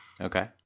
Okay